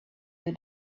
you